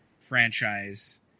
franchise